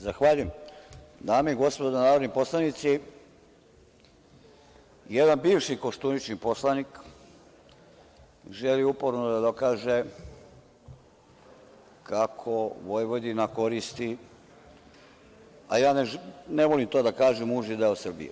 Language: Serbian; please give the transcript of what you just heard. Dame i gospodo narodni poslanici, jedan bivši Koštuničin poslanik želi uporno da dokaže kako Vojvodina koristi, a ja ne volim to da kažem, uži deo Srbije.